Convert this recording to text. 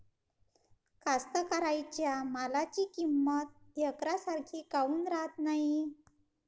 कास्तकाराइच्या मालाची किंमत यकसारखी काऊन राहत नाई?